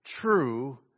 true